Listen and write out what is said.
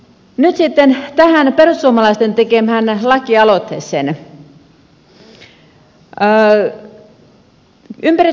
nyt sitten tähän perussuomalaisten tekemään lakialoitteeseen